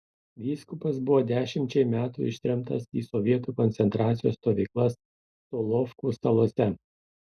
vyskupas buvo dešimčiai metų ištremtas į sovietų koncentracijos stovyklas solovkų salose